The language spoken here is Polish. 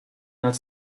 nad